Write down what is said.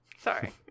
sorry